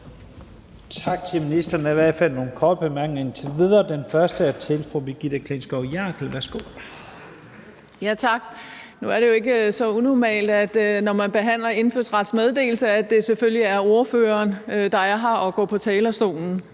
Tak til ministeren. Der er i hvert fald nogle korte bemærkninger indtil videre. Den første er til fru Brigitte Klintskov Jerkel. Værsgo. Kl. 10:53 Brigitte Klintskov Jerkel (KF): Tak. Nu er det jo ikke så unormalt, at det, når man behandler indfødsretsmeddelelse, selvfølgelig er ordføreren, der er her og går på talerstolen,